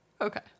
Okay